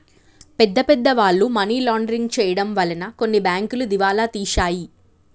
పెద్ద పెద్ద వాళ్ళు మనీ లాండరింగ్ చేయడం వలన కొన్ని బ్యాంకులు దివాలా తీశాయి